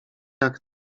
jak